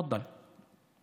תפדל.